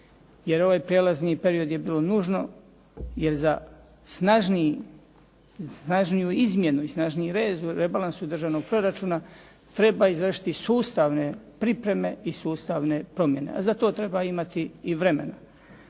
jer ovaj prijelazni period je bilo nužno, jer za snažniji, za snažniju izmjenu i snažniji rez u rebalansu državnog proračuna treba izvršiti sustavne pripreme i sustavne promjene. A za to treba imati i vremena.